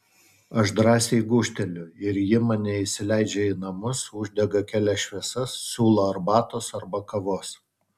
aš drąsiai gūžteliu ir ji mane įsileidžia į namus uždega kelias šviesas siūlo arbatos arba kavos